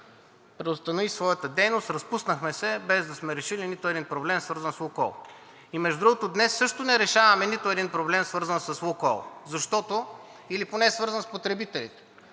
преустанови своята дейност, разпуснахме се, без да сме решили нито един проблем, свързан с „Лукойл“. Между другото, днес също не решаваме нито един проблем, свързан с „Лукойл“ и с потребителите,